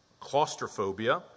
claustrophobia